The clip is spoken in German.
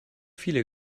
viele